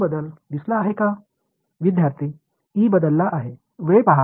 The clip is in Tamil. மாணவர் E மாறிவிட்டது குறிப்பு நேரம் 0253